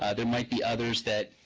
ah there might be others that,